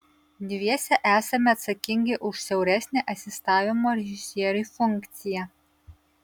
dviese esame atsakingi už siauresnę asistavimo režisieriui funkciją